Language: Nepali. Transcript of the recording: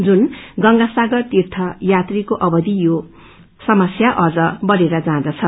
साथै गंगासागर तीय यात्राको अवधि यो समस्या अम बढेर जाँदछ